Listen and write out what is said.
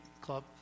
Club